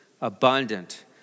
abundant